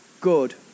good